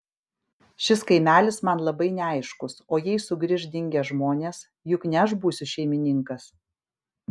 šis kaimelis man labai neaiškus o jei sugrįš dingę žmonės juk ne aš būsiu šeimininkas